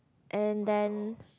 and then